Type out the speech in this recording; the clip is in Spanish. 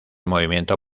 movimiento